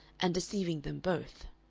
and deceiving them both.